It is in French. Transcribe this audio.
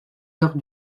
lors